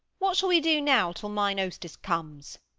what shall we do now till mine hostess comes?